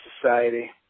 society